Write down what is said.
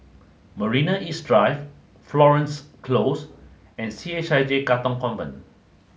Marina East Drive Florence Close and C H I J Katong Convent